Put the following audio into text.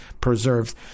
preserved